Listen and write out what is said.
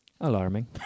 alarming